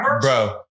bro